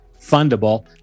fundable